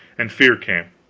and fear came